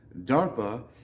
DARPA